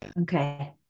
okay